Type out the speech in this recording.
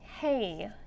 hey